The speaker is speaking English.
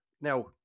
Now